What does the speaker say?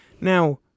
Now